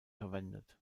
verwendet